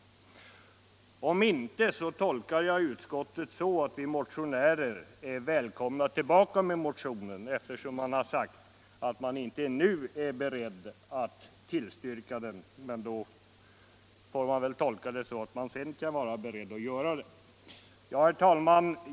Om inte tolkar jag utskottet så att vi motionärer är välkomna tillbaka med motionen, eftersom utskottet ju har sagt att utskottet inte nu är berett att tillstyrka den. Det kan ju uppfattas så att utskottet är berett att göra det senare. Herr talman!